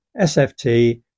sft